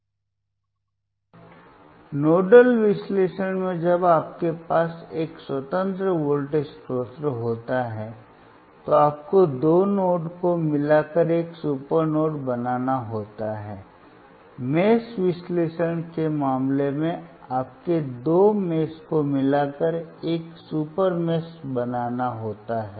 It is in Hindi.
अब नोडल विश्लेषण में जब आपके पास एक स्वतंत्र वोल्टेज स्रोत होता है तो आपको दो नोड्स को मिलाकर एक सुपर नोड बनाना होता है मेष विश्लेषण के मामले में आपको दो मेश को मिलाकर एक सुपर मेश बनाना होता है